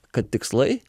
kad tikslai